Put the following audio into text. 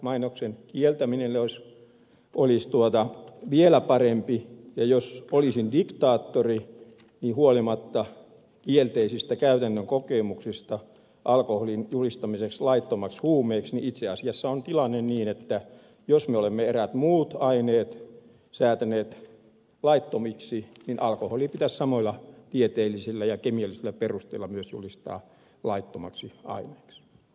mainoksen kieltäminen olisi vielä parempi ja jos olisin diktaattori niin huolimatta kielteisistä käytännön kokemuksista alkoholin julistamisessa laittomaksi huumeeksi itse asiassa tilanne on niin että jos me olemme eräät muut aineet säätäneet laittomiksi niin myös alkoholi pitäisi samoilla tieteellisillä ja kemiallisilla perusteilla julistaa laittomaksi aineeksi